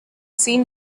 seen